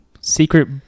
secret